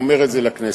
הוא אומר את זה לכנסת.